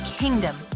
kingdom